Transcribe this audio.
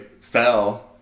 fell